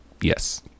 yes